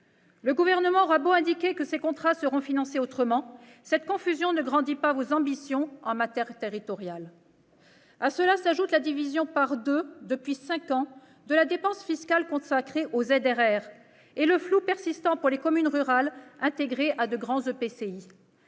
Le Gouvernement aura beau indiquer que ces contrats seront financés autrement, cette confusion ne grandit pas vos ambitions en matière territoriale. À cela s'ajoute la division par deux, depuis cinq ans, de la dépense fiscale consacrée aux ZRR et le flou persistant pour les communes rurales intégrées à de grands EPCI.